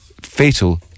fatal